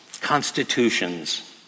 Constitutions